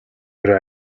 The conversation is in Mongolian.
орой